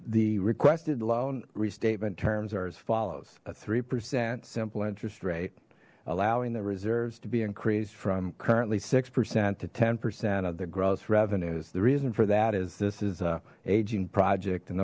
the requested loan restatement terms are as follows a three percent simple interest rate allowing the reserves to be increased from currently six percent to ten percent of the gross revenues the reason for that is this is a aging project and